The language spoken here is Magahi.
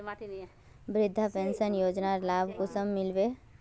वृद्धा पेंशन योजनार लाभ कुंसम मिलबे?